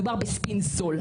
מדובר בספין סול.